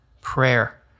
prayer